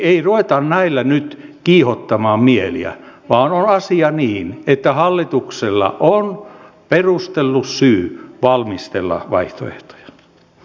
ei ruveta näillä nyt kiihottamaan mieliä vaan on asia niin että hallituksella on perusteltu syy valmistella vaihtoehtoja